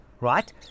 right